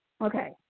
Okay